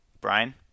Brian